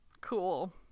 Cool